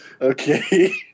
Okay